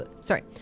Sorry